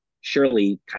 surely